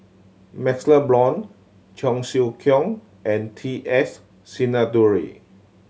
MaxLe Blond Cheong Siew Keong and T S Sinnathuray